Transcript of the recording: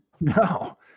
No